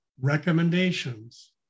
recommendations